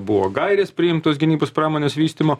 buvo gairės priimtos gynybos pramonės vystymo